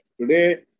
Today